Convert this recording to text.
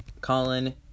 Colin